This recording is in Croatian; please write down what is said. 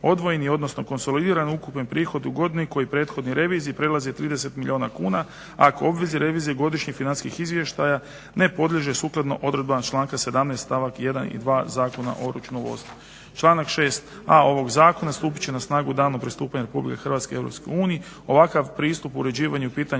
odvojeni, odnosno konsolidirani ukupni prihod u godini koji u prethodnoj reviziji je prelazio 30 milijuna kuna, a … /Govornik se ne razumije./… godišnjih financijskih izvještaja ne podliježe sukladno odredbama članka 17. stavak 1. i 2. Zakona o računovodstvu. Članak 6.a ovog zakona stupit će na snagu danom pristupanja Republike Hrvatske EU.